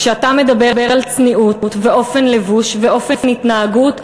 כשאתה מדבר על צניעות ואופן לבוש ואופן התנהגות,